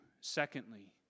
Secondly